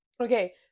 Okay